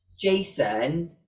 Jason